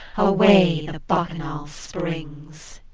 away the bacchanal springs!